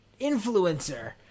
influencer